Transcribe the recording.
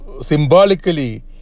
symbolically